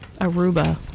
Aruba